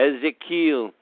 Ezekiel